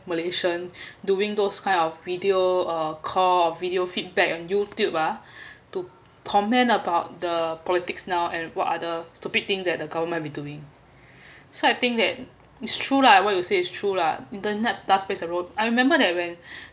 malaysian doing those kind of video uh call or video feedback on youtube ah to comment about the politics now and what are the stupid thing that the government have been doing so I think then it's true lah what you say is true lah internet does place a role I remember that when